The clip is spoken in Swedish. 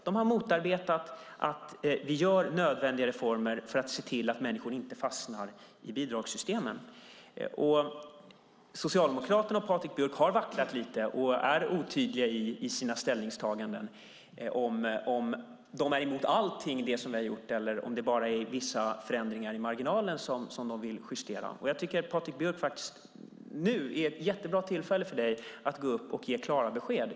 De har motarbetat att vi gör nödvändiga reformer för att se till att människor inte fastnar i bidragssystemen. Socialdemokraterna och Patrik Björck har vacklat lite och är otydliga i sina ställningstaganden. Är de emot allting som vi har gjort, eller är det bara vissa förändringar och justeringar i marginalen som de vill göra? Jag tycker att detta är ett jättebra tillfälle för Patrik Björck att gå upp och ge klara besked.